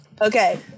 okay